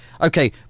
okay